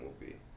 movie